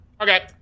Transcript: Okay